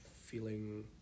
feeling